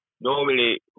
normally